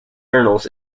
journals